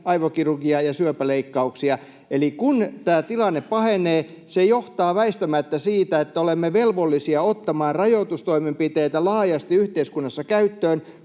aivokirurgia‑ ja syöpäleikkauksia. Eli kun tämä koronatilanne pahenee, se johtaa väistämättä siihen, että olemme velvollisia ottamaan rajoitustoimenpiteitä laajasti yhteiskunnassa käyttöön,